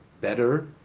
better